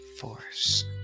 Force